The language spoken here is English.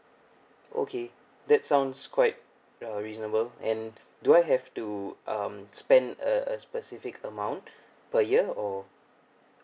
okay that's sounds quite uh reasonable and do I have to um spend a a a specific amount per year or